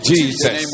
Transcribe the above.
Jesus